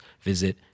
visit